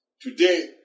Today